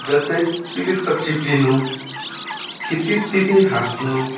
जस्तै पिलित्त चिप्लिनु खितितिति हाँस्नु